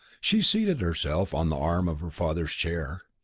she seated herself on the arm of her father's chair.